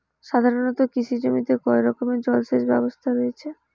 সাধারণত কৃষি জমিতে কয় রকমের জল সেচ ব্যবস্থা রয়েছে?